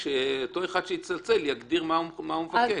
אותו אחד שיצלצל, יגדיר מה הוא מבקש.